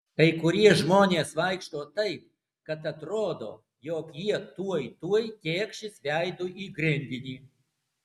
kai kurie žmonės vaikšto taip kad atrodo jog jie tuoj tuoj tėkšis veidu į grindinį